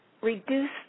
reduce